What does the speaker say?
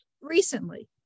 recently